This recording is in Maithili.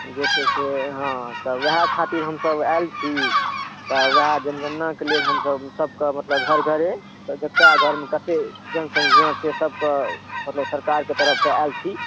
जे छै से हॅं तऽ वयह खातिर हम सब आयल छी आ वयह जनगणनाक लेल हम सबके मतलब घर घरे ककरा घरमे कते जनसंख्या छै सबके लिए सरकार के तरफ सॅं आयल छी